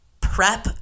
prep